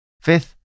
Fifth